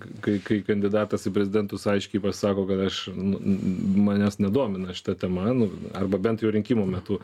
kai kai kandidatas į prezidentus aiškiai pasako kad aš nu n manęs nedomina šita tema nu arba bent jau rinkimų metu